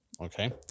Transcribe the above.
Okay